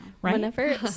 Whenever